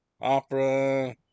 Opera